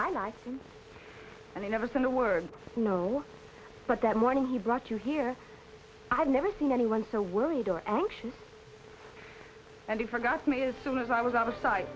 i liked him and he never said a word no but that morning he brought you here i've never seen anyone so worried or anxious and he forgot me as soon as i was out of sight